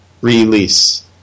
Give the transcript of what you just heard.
release